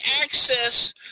access